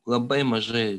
labai mažai